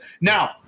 Now